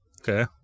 Okay